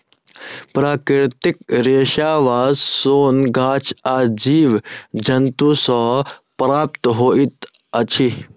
प्राकृतिक रेशा वा सोन गाछ आ जीव जन्तु सॅ प्राप्त होइत अछि